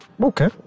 Okay